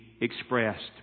expressed